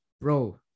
Bro